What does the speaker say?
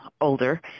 older